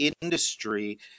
industry